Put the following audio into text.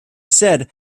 said